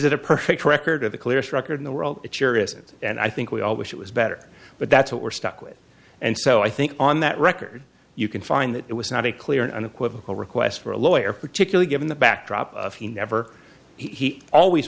is a perfect record of the clearest record in the world it sure isn't and i think we all wish it was better but that's what we're stuck with and so i think on that record you can find that it was not a clear and unequivocal request for a lawyer particularly given the backdrop of he never he always